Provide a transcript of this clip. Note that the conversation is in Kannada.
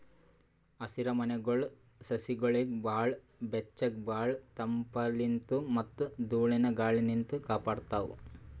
ಹಸಿರಮನೆಗೊಳ್ ಸಸಿಗೊಳಿಗ್ ಭಾಳ್ ಬೆಚ್ಚಗ್ ಭಾಳ್ ತಂಪಲಿನ್ತ್ ಮತ್ತ್ ಧೂಳಿನ ಗಾಳಿನಿಂತ್ ಕಾಪಾಡ್ತಾವ್